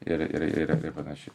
ir ir ir ir panašiai